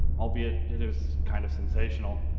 albeit it it is kind of sensational.